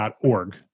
org